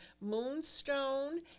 moonstone